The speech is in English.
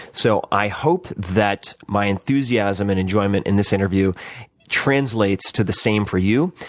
so i hope that my enthusiasm and enjoyment in this interview translates to the same for you.